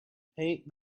paint